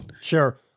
Sure